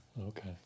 Okay